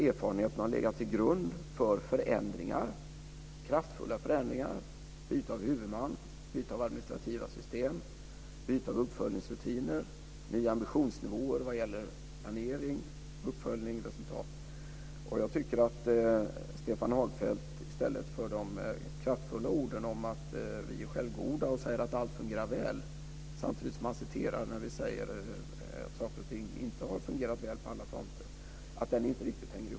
Erfarenheterna har legat till grund för kraftfulla förändringar, byte av huvudman, byte av administrativa system, byte av uppföljningsrutiner och nya ambitionsnivåer vad gäller planering, uppföljning och resultat. Jag tycker inte riktigt att det hänger ihop när Stefan Hagfeldt använder kraftfulla ord om att vi är självgoda och säger att allt fungerar väl samtidigt som han citerar oss när vi säger att saker och ting inte har fungerat väl på alla fronter.